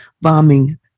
bombing